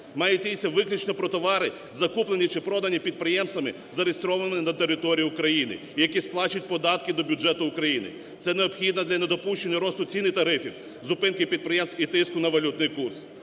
Має йтися виключно про товари, закуплені чи продані підприємствами, зареєстрованими на території України, і які сплачують податки до бюджету України. Це необхідно для недопущення росту цін і тарифів, зупинки підприємств і тиску на валютний курс.